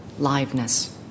liveness